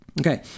Okay